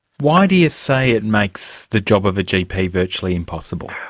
why do you say it makes the job of agp virtually impossible?